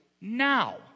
now